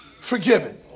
forgiven